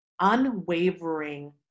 unwavering